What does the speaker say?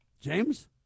James